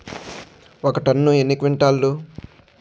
ఒక టన్ను ఎన్ని క్వింటాల్లు?